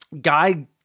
Guy